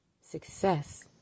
success